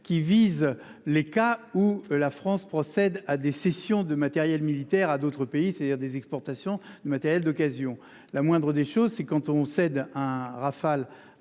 Qui vise les cas où la France procède à des cessions de matériels militaires à d'autres pays, c'est-à-dire des exportations de matériel d'occasion. La moindre des choses c'est quand on cède un Rafale